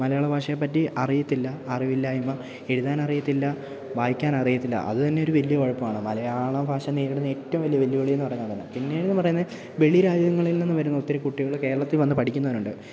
മലയാള ഭാഷയെപ്പറ്റി അറിയത്തില്ല അറിവില്ലായ്മ എഴുതാൻ അറിയത്തില്ല വായിക്കാൻ അറിയത്തില്ല അതു തന്നെ ഒരു വലിയ കുഴപ്പമാണ് മലയാള ഭാഷ നേരിടുന്ന ഏറ്റവും വലിയ വെല്ലുവിളി എന്നു പറയുന്നതതാണ് പിന്നേന്നു പറയുന്നത് വെളിരാജ്യങ്ങളിൽ നിന്നു വരുന്ന ഒത്തിരി കുട്ടികള് കേരളത്തില് വന്നു പഠിക്കുന്നവരുണ്ട്